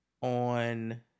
on